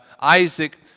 Isaac